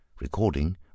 Recording